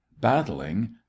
battling